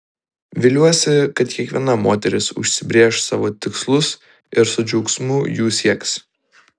viliuosi kad kiekviena moteris užsibrėš savo tikslus ir su džiaugsmu jų sieks